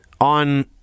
On